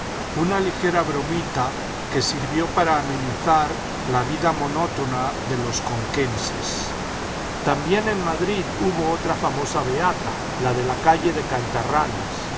una ligera bromita que sirvió para amenizar la vida monótona de los conquenses también en madrid hubo otra famosa beata la de la calle de cantarranas